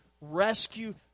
Rescue